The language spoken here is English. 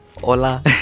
hola